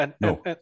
no